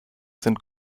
sind